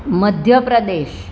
Madhya Pradesh